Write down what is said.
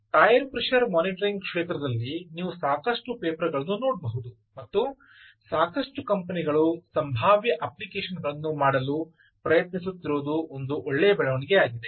tyre pressure monitoring ಕ್ಷೇತ್ರದಲ್ಲಿ ನೀವು ಸಾಕಷ್ಟು ಪೇಪರ್ ಗಳನ್ನು ನೋಡಬಹುದು ಮತ್ತು ಸಾಕಷ್ಟು ಕಂಪನಿಗಳು ಸಂಭಾವ್ಯ ಅಪ್ಲಿಕೇಶನ್ ಗಳನ್ನು ಮಾಡಲು ಪ್ರಯತ್ನಿಸುತ್ತಿರುವುದು ಒಂದು ಒಳ್ಳೆಯ ಬೆಳವಣಿಗೆ ಆಗಿದೆ